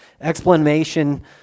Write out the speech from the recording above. Explanation